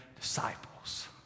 disciples